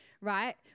right